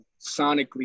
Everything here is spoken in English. sonically